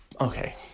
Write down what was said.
Okay